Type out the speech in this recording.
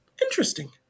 Interesting